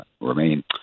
remain